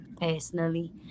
personally